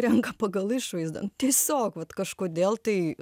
renka pagal išvaizdą tiesiog vat kažkodėl tai